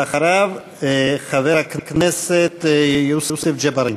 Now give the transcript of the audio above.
ואחריו, חבר הכנסת יוסף ג'בארין.